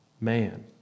man